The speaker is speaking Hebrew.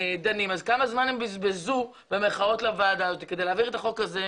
אז כמה זמן הם "בזבזו" לוועדה הזו כדי להעביר את החוק הזה.